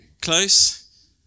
Close